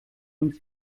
uns